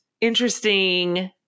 interesting